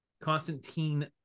Constantine